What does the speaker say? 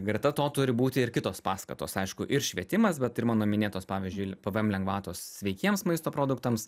greta to turi būti ir kitos paskatos aišku ir švietimas vat ir mano minėtos pavyzdžiui pvm lengvatos sveikiems maisto produktams